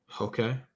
Okay